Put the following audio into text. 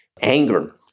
anger